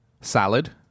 salad